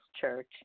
church